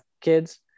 kids